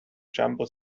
jumble